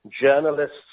journalists